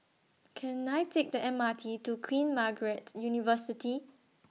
Can I Take The M R T to Queen Margaret University